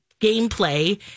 gameplay